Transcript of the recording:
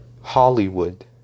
Hollywood